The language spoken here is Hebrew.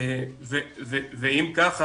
ואם כך,